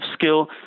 skill